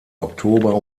oktober